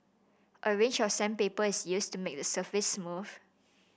a range of sandpaper is used to make the surface smooth